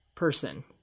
person